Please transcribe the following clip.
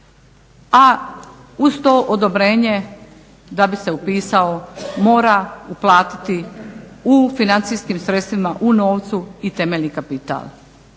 a uz to odobrenje da bi se upisao mora uplatiti u financijskim sredstvima u novcu i temeljni kapital.